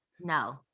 No